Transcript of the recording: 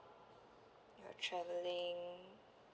you're travelling